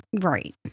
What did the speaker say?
Right